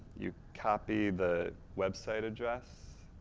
you copy the website address